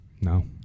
No